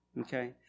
Okay